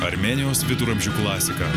armėnijos viduramžių klasika